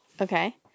Okay